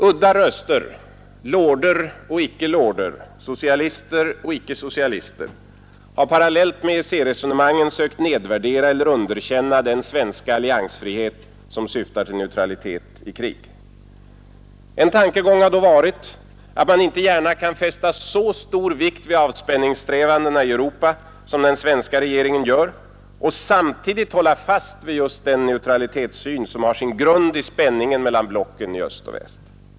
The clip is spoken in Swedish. Udda röster — lorder och icke-lorder, socialister och icke-socialister — har parallellt med EEC-resonemangen sökt nedvärdera eller underkänna den svenska alliansfrihet som syftar till neutralitet i krig. En tankegång har då varit att man inte gärna kan fästa så stor vikt vid avspänningssträvandena i Europa som den svenska regeringen gör och samtidigt hålla fast vid just den neutralitetssyn som har sin grund i spänningen mellan blocken i öst och väst.